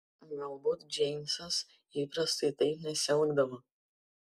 galbūt džeimsas įprastai taip nesielgdavo